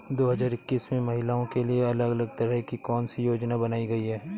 दो हजार इक्कीस में महिलाओं के लिए अलग तरह की कौन सी योजना बनाई गई है?